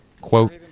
quote